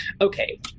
Okay